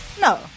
No